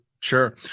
Sure